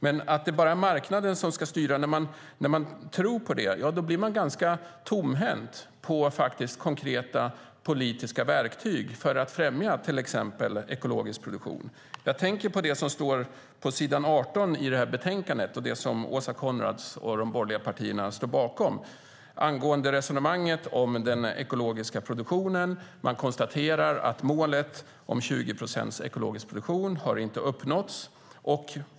Men när man tror på att det är marknaden som ska styra blir man ganska tomhänt när det gäller konkreta politiska verktyg för att främja till exempel ekologisk produktion. Jag tänker på det som står på s. 18 i betänkandet och det som Åsa Coenraads och de borgerliga partierna står bakom angående resonemanget om den ekologiska produktionen. Man konstaterar att målet om 20 procents ekologisk produktion inte har uppnåtts.